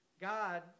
God